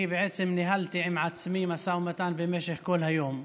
אני בעצם ניהלתי עם עצמי משא ומתן במשך כל היום,